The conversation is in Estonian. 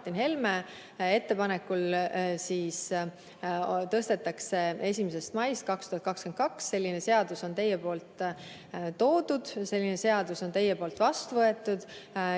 Martin Helme ettepanekul tõstetakse 1. maist 2022. Selline seadus on teie poolt siia toodud, selline seadus on teie poolt vastu võetud